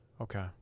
Okay